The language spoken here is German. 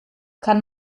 kann